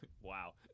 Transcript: Wow